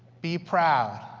be proud.